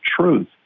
truth